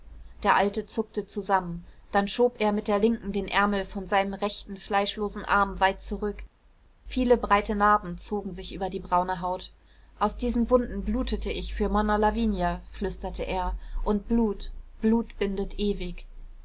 der alte zuckte zusammen dann schob er mit der linken den ärmel von seinem rechten fleischlosen arm weit zurück viele breite narben zogen sich über die braune haut aus diesen wunden blutete ich für monna lavinia flüsterte er und blut blut bindet ewig